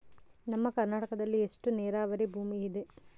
ನಮ್ಮ ಕರ್ನಾಟಕದಲ್ಲಿ ಎಷ್ಟು ನೇರಾವರಿ ಭೂಮಿ ಇದೆ?